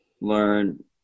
learn